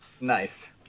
nice